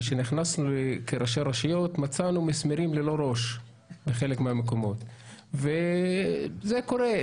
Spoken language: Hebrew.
כשנכנסנו כראשי רשויות מצאנו מסמרים ללא ראש בחלק מהמקומות וזה קורה,